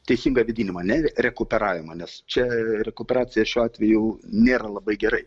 teisingą vėdinimą ne rekuperavimą nes čia rekuperacija šiuo atveju nėra labai gerai